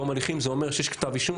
תום הליכים זה אומר שיש כתב אישום,